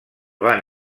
van